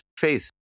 Faith